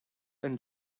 and